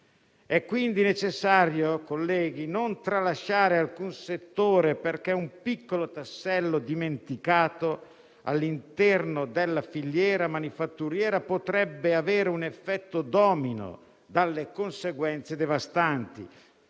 È quindi necessario, colleghi, non tralasciare alcun settore, perché un piccolo tassello dimenticato all'interno della filiera manifatturiera potrebbe avere un effetto domino dalle conseguenze devastanti.